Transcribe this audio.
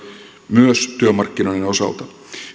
myös työmarkkinoiden osalta